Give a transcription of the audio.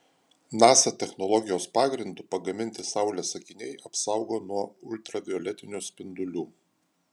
nasa technologijos pagrindu pagaminti saulės akiniai apsaugo nuo ultravioletinių spindulių